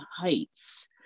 heights